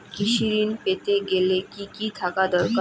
কৃষিঋণ পেতে গেলে কি কি থাকা দরকার?